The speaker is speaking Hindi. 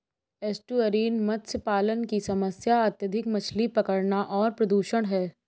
एस्टुअरीन मत्स्य पालन की समस्या अत्यधिक मछली पकड़ना और प्रदूषण है